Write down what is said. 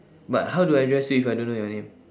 but how do I address you if I don't know your name